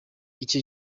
icyo